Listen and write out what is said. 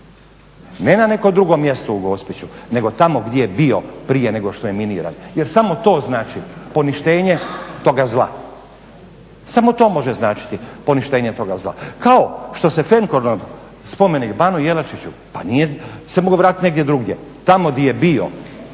ne na neko drugo mjesto u Gospiću nego tamo gdje je bio prije nego što je … jer samo to znači poništenje toga zla. Samo toga zla, samo to može značiti poništenje toga zla, kao što se prethodno spomenik Banu Jelačiću, pa nije se mogao vratiti negdje drugdje, tamo di je bio,